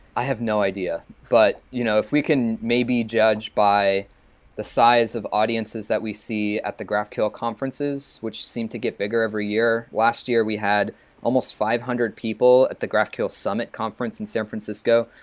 i have no idea, but you know if we can maybe judge by the size of audiences that we see at the graphql conferences which seem to get bigger every year. last year we had almost five hundred people at the graphql summit conference in san francisco,